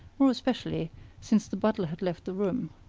more especially since the butler had left the room.